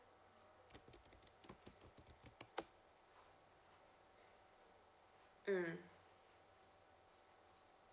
mm